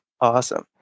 awesome